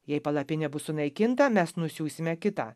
jei palapinė bus sunaikinta mes nusiųsime kitą